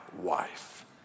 wife